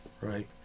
right